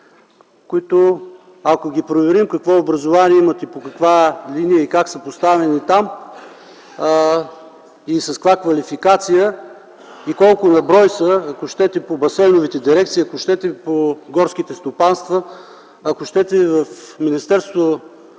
които ако проверим какво образование имат, по каква линия и как са поставени там, с каква квалификация и колко на брой са – ако искате в басейновите дирекции, в горските стопанства и в Министерство